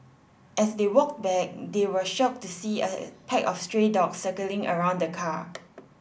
as they walked back they were shocked to see a pack of stray dogs circling around the car